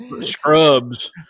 Scrubs